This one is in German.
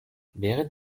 während